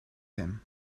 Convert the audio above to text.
him